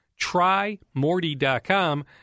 TryMorty.com